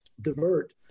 divert